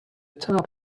top